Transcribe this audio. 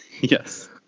Yes